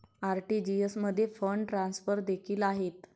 RTGS मध्ये fund transfer देखील आहेत